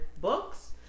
books